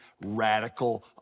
radical